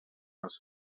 als